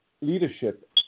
leadership